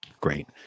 Great